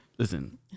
Listen